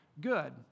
good